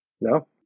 No